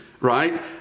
right